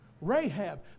Rahab